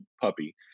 puppy